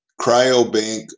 Cryobank